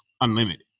unlimited